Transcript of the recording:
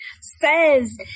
says